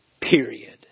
period